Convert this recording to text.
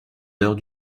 heures